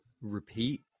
repeat